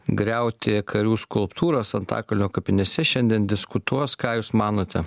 griauti karių skulptūras antakalnio kapinėse šiandien diskutuos ką jūs manote